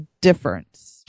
difference